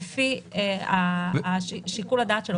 לפי שיקול דעת.